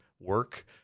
work